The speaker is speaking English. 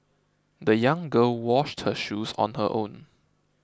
the young girl washed her shoes on her own